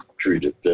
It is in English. treated